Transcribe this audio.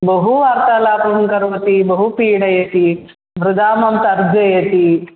बहु वार्तालापं करोति बहु पीडयति वृथा मां तर्जयति